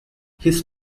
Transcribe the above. his